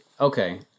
okay